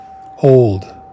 Hold